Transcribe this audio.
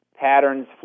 patterns